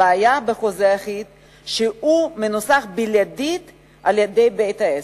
הבעיה בחוזה האחיד היא שהוא מנוסח בלעדית על-ידי בית-העסק,